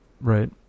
right